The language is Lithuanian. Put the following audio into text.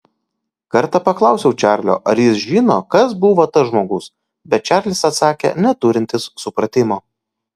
kartą paklausiau čarlio ar jis žino kas buvo tas žmogus bet čarlis atsakė neturintis supratimo